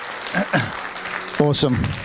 Awesome